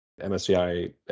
MSCI